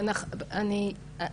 די מהירים ויעילים.